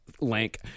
link